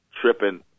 tripping